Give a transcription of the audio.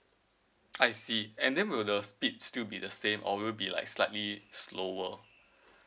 I see and then will the speed still be the same or will it be like slightly slower